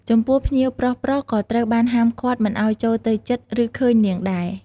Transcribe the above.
ចំពោះ ភ្ញៀវប្រុសៗ ក៏ត្រូវបានហាមឃាត់មិនឱ្យចូលទៅជិត ឬឃើញនាងដែរ។